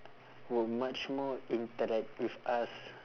were much more interact with us